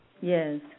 Yes